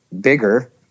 bigger